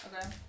Okay